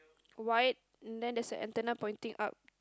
white and then there's a antenna pointing up